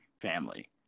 family